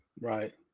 Right